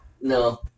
No